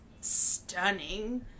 stunning